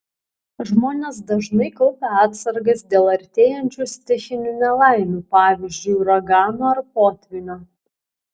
žmonės dažnai kaupia atsargas dėl artėjančių stichinių nelaimių pavyzdžiui uragano ar potvynio